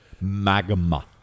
Magma